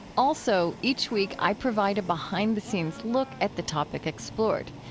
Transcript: also, each week i provide a behind-the-scenes look at the topic explored.